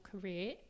career